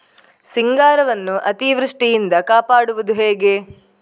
ಸಿಂಗಾರವನ್ನು ಅತೀವೃಷ್ಟಿಯಿಂದ ಕಾಪಾಡುವುದು ಹೇಗೆ?